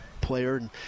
player